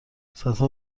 صدها